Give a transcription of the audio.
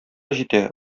җитә